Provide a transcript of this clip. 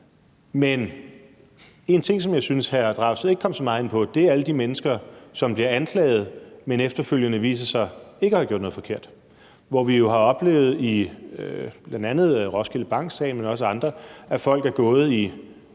Men en ting, som jeg syntes hr. Pelle Dragsted ikke kom så meget ind på, er alle de mennesker, som bliver anklaget, men som efterfølgende viser sig ikke at have gjort noget forkert. Her har vi jo oplevet i bl.a. Roskilde Bank-sagen, men også i andre sager, at folk er gået i